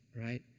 right